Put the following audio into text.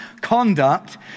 conduct